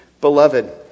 Beloved